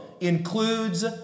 includes